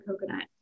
coconut